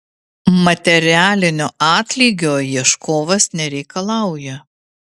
materialinio atlygio ieškovas nereikalauja